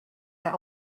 that